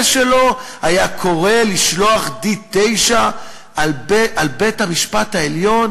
שלו יקרא לשלוח D-9 על בית-המשפט העליון?